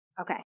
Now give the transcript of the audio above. Okay